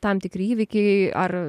tam tikri įvykiai ar